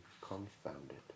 confounded